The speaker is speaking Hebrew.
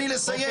לסיים.